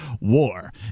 war